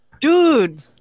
Dude